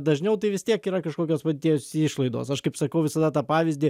dažniau tai vis tiek yra kažkokios buities išlaidos aš kaip sakau visada tą pavyzdį